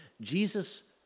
Jesus